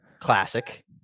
Classic